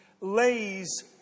lays